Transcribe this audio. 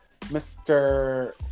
Mr